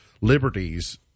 liberties